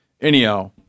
Anyhow